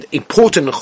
important